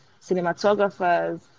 cinematographers